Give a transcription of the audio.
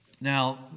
Now